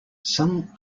some